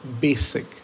basic